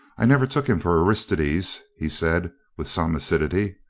i never took him for aristides, he said with some acidity.